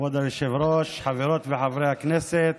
כבוד היושב-ראש, חברות וחברי הכנסת,